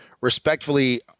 respectfully